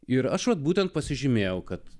ir aš vat būtent pasižymėjau kad